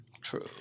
true